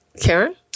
Karen